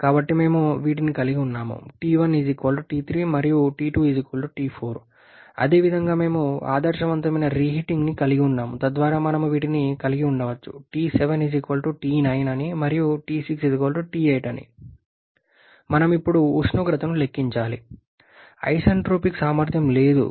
కాబట్టి మేము వీటిని కలిగి ఉన్నాము T1 T3 మరియు T2 T4 అదేవిధంగా మేము ఆదర్శవంతమైన రీహీటింగ్ని కలిగి ఉన్నాము తద్వారా మనం వీటిని కలిగి ఉండవచ్చు T7 T9 మరియు T6 T8 మనం ఇప్పుడు ఉష్ణోగ్రతను లెక్కించాలి ఐసెంట్రోపిక్ సామర్థ్యం లేదు